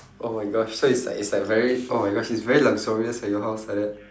oh my gosh so it's like it's like very oh my gosh it's very luxurious like your house like that